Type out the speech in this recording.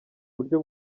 buryo